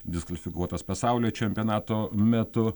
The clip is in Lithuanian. diskvalifikuotas pasaulio čempionato metu